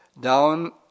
down